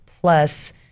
Plus